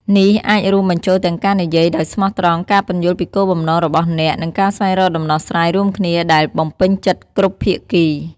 នេះអាចរួមបញ្ចូលទាំងការនិយាយដោយស្មោះត្រង់ ការពន្យល់ពីគោលបំណងរបស់អ្នក និងការស្វែងរកដំណោះស្រាយរួមគ្នាដែលបំពេញចិត្តគ្រប់ភាគី។